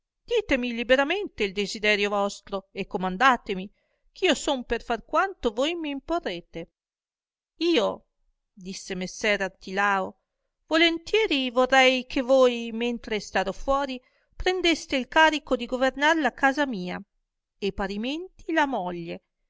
ditemi liberamente il desiderio vostro e comandatemi eh io son per far quanto voi m'imporrete io disse messer artilao volentieri vorrei che voi mentre starò fuori prendeste il carico di governar la casa mia e parimenti la moglie